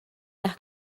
las